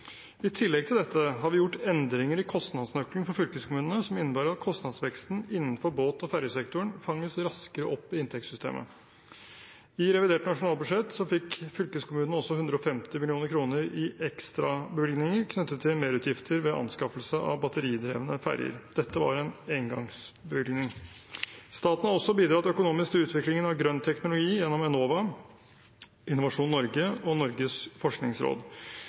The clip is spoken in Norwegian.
I tillegg til dette har vi gjort endringer i kostnadsnøkkelen for fylkeskommunene som innebærer at kostnadsveksten innenfor båt- og fergesektoren fanges raskere opp i inntektssystemet. I revidert nasjonalbudsjett fikk fylkeskommunene også 150 mill. kr i ekstrabevilgninger knyttet til merutgifter ved anskaffelse av batteridrevne ferger. Dette var en engangsbevilgning. Staten har også bidratt økonomisk til utviklingen av grønn teknologi gjennom Enova, Innovasjon Norge og Norges forskningsråd.